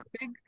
big